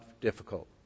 difficult